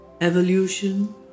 evolution